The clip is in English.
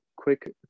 Quick